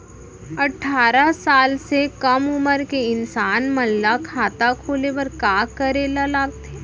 अट्ठारह साल से कम उमर के इंसान मन ला खाता खोले बर का करे ला लगथे?